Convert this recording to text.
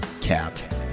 cat